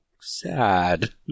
sad